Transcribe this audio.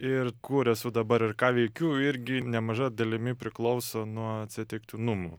ir kur esu dabar ir ką veikiu irgi nemaža dalimi priklauso nuo atsitiktinumų